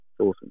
awesome